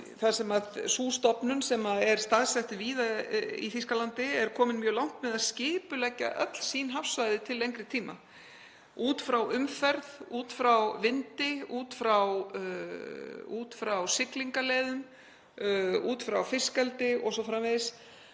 landi. Sú stofnun sem er staðsett víða í Þýskalandi er komin mjög langt með að skipuleggja öll sín hafsvæði til lengri tíma, út frá umferð, út frá vindi, út frá siglingaleiðum, út frá fiskeldi o.s.frv.